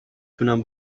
تونم